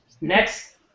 Next